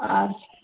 ஆ